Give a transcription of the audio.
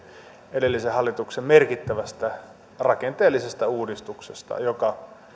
edellisen hallituksen merkittävästä rakenteellisesta uudistuksesta joka